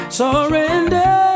surrender